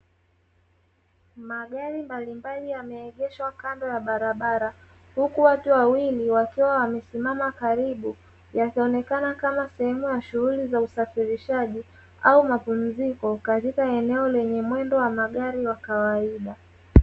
Magari mbalimbali yameegeshwa kando ya barabara, huku watu wawili wakiwa wamesimama karibu, yakionekana kama sehemu ya shughuli za usafirishaji au mapumziko katika eneo lenye mwendo wa magari wa kawaida.